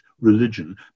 religion